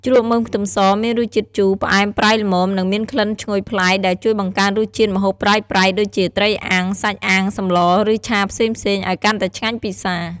ជ្រក់មើមខ្ទឹមសមានរសជាតិជូរ ផ្អែម ប្រៃ ល្មម និងមានក្លិនឈ្ងុយប្លែក ដែលជួយបង្កើនរសជាតិម្ហូបប្រៃៗ ដូចជាត្រីអាំង សាច់អាំង សម្លរ ឬឆាផ្សេងៗ ឱ្យកាន់តែឆ្ងាញ់ពិសា។